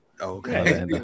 Okay